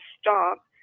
stop